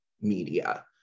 media